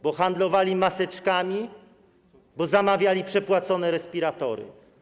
Bo handlowali maseczkami, bo zamawiali przepłacone respiratory.